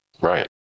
Right